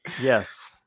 Yes